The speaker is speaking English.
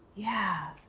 yeah.